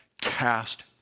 cast